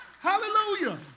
Hallelujah